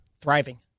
Thriving